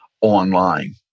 online